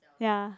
ya